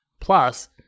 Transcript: plus